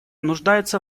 нуждается